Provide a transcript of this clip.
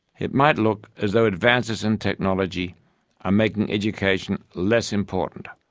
it might look as though advances in technology are making education less important.